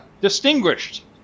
Distinguished